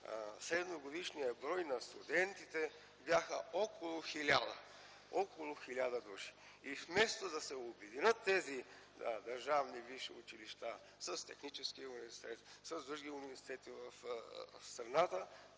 средногодишният брой на студентите беше около 1000 души. Вместо да се обединят тези държавни висши училища с Техническия университет, с други университети в страната,